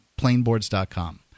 Plainboards.com